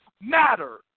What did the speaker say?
matter